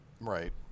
Right